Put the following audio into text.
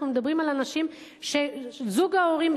אנחנו מדברים על אנשים שזוג ההורים,